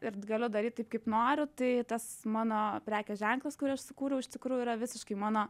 ir galiu daryt taip kaip noriu tai tas mano prekės ženklas kurį aš sukūriau iš tikrųjų yra visiškai mano